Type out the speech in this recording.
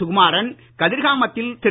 சுகுமாறன் கதிர்காமத்தில் திரு